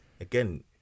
again